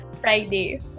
Friday